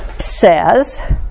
says